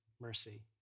mercy